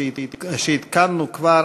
שהתקנו כבר,